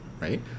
right